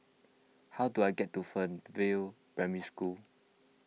how do I get to Fernvale Primary School